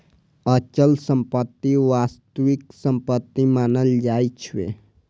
अचल संपत्ति वास्तविक संपत्ति मानल जाइ छै